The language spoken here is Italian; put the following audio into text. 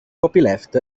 copyleft